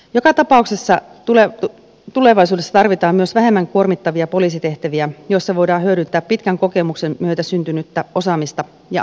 joka tapauksessa tulevaisuudessa tarvitaan myös vähemmän kuormittavia poliisitehtäviä joissa voidaan hyödyntää pitkän kokemuksen myötä syntynyttä osaamista ja ammattitaitoa